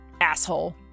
Asshole